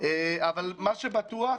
אבל מה שבטוח,